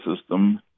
system